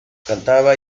cantaba